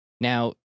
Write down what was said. Now